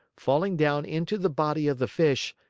falling down into the body of the fish,